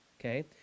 okay